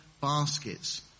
baskets